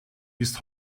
ist